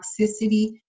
toxicity